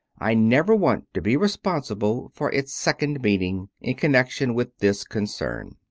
i never want to be responsible for its second meaning in connection with this concern.